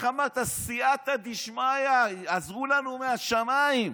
איך אמרת, סייעתא דשמיא, עזרו לנו מהשמיים.